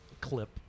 clip